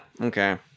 okay